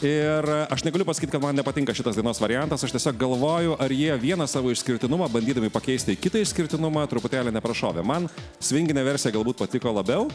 ir aš negaliu pasakyt kad man nepatinka šitos dainos variantas aš tiesiog galvoju ar jie vieną savo išskirtinumą bandydami pakeisti į kitą išskirtinumą truputėlį neprašovė man svinginė versija galbūt patiko labiau